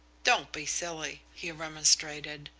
don't be silly, he remonstrated.